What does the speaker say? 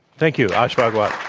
thank you, ash bhagwat.